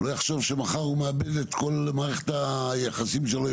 לא יחשוב שמחר הוא מאבד את כל מערכת היחסים שלו?